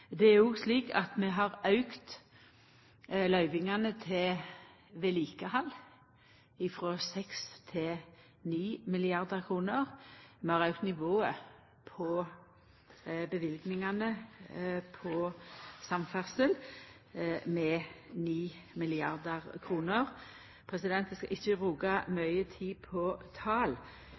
Det er òg slik at vi har auka løyvingane til vedlikehald frå 6 til 9 mrd. kr, og vi har auka nivået på løyvingane til samferdsel med 9 mrd. kr. Eg skal ikkje bruka mykje tid på tal,